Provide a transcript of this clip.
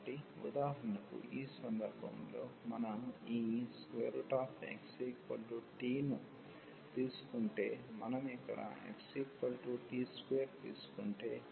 కాబట్టి ఉదాహరణకు ఈ సందర్భంలో మనం ఈ xt ను తీసుకుంటే మనం ఇక్కడ xt2తీసుకుంటే